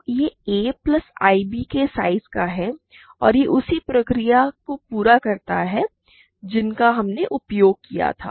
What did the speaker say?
तो यह a plus ib के साइज का है और उसी प्रक्रिया को पूरा करता है जिसका हमने उपयोग किया था